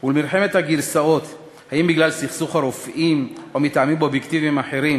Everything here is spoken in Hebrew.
ולמלחמת הגרסאות האם בגלל סכסוך הרופאים או מטעמים אובייקטיביים אחרים,